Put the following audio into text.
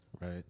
Right